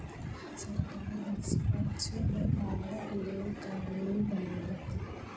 सरकार निष्पक्ष व्यापारक लेल कानून बनौलक